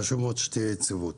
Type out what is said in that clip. חשוב מאוד שתהיה יציבות.